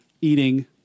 eating